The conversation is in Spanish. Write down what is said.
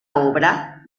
obra